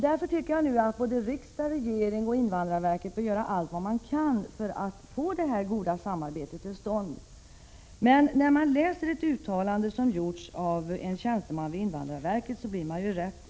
Därför tycker jag att både riksdagen, regeringen och invandrarverket bör göra vad man kan för att få till stånd ett gott samarbete. När man läser ett visst uttalande av en tjänsteman vid invandrarverket blir man rätt förskräckt. Prot.